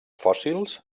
fòssils